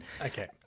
Okay